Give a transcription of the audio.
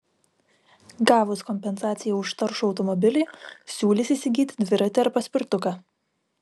gavus kompensaciją už taršų automobilį siūlys įsigyti dviratį ar paspirtuką